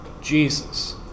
jesus